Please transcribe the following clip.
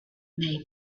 made